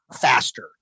faster